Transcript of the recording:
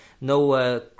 no